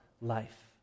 life